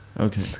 okay